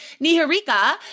Niharika